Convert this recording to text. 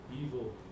evil